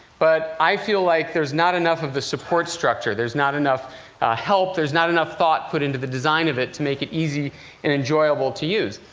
but i feel like there's not enough of a support structure. there's not enough help. there's not enough thought put into the design of it to make it easy and enjoyable to use.